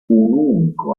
unico